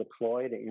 deployed